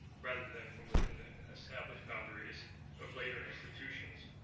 rather than from within the established boundaries of later institutions.